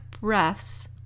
breaths